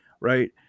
Right